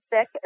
sick